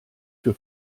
für